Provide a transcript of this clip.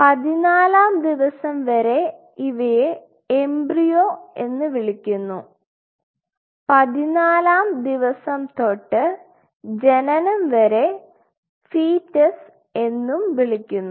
പതിനാലാം ദിവസം വരെ ഇവയെ എംബ്രിയോ എന്ന് വിളിക്കുന്നു പതിനാലാം ദിവസം തൊട്ട് ജനനം വരെ ഫീറ്റ്സ് എന്നും വിളിക്കുന്നു